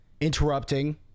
interrupting